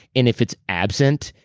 and if it's absent,